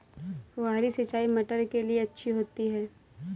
फुहारी सिंचाई मटर के लिए अच्छी होती है?